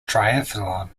triathlon